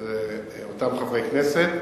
הם אותם חברי כנסת,